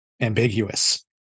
ambiguous